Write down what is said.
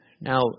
Now